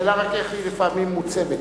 השאלה רק איך היא לפעמים מעוצבת.